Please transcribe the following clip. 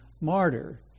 martyr